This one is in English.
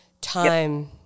time